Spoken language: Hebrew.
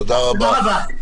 תודה רבה.